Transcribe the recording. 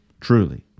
truly